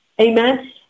Amen